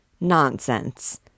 Nonsense